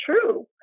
true